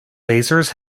lasers